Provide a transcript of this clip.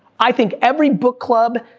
i think every book club,